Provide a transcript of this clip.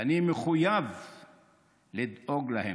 ואני מחויב לדאוג להם,